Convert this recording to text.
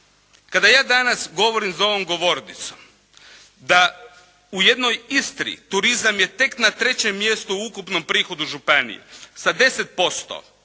Kada ja danas govorim za ovom govornicom da u jednoj Istri turizam je tek na trećem mjestu u ukupnom prihodu županije sa 10%